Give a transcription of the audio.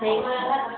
हाँ